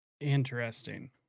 Interesting